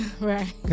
Right